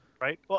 Right